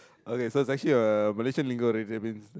okay so it's actually a Malaysian lingo